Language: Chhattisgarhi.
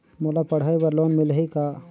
मोला पढ़ाई बर लोन मिलही का?